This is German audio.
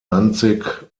danzig